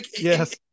yes